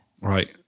Right